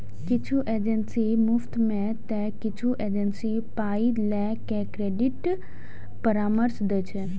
किछु एजेंसी मुफ्त मे तं किछु एजेंसी पाइ लए के क्रेडिट परामर्श दै छै